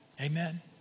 Amen